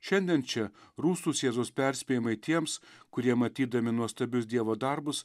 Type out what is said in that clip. šiandien čia rūstūs jėzaus perspėjimai tiems kurie matydami nuostabius dievo darbus